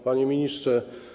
Panie Ministrze!